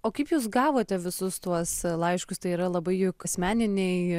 o kaip jūs gavote visus tuos laiškus tai yra labai juk asmeniniai